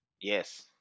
Yes